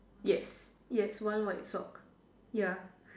yes yes one white socks ya